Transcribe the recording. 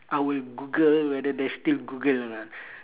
I will google whether there's still google or not